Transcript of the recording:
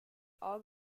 all